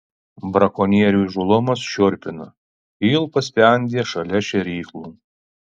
brakonierių įžūlumas šiurpina kilpas spendė šalia šėryklų